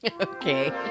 okay